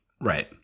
right